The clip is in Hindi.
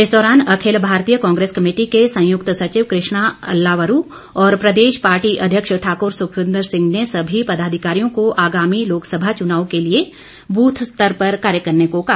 इस दौरान अखिल भारतीय कांग्रेस कमेटी के संयुक्त सचिव कृष्णा अल्लावरू और प्रदेश पार्टी अध्यक्ष ठाकुर सुखविंदर सिंह ने सभी पदाधिकारियों को आगामी लोकसभा चुनाव के लिए ब्रथ स्तर पर कार्य करने को कहा